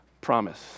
promise